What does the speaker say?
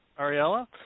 Ariella